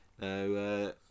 No